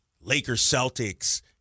Lakers-Celtics